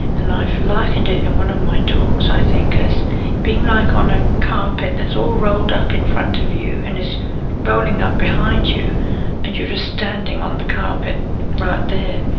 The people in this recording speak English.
and i've likened it in one of my talks i think as being like on a carpet that's all rolled up in front of you and is rolling up behind you and you're just standing on the carpet right there.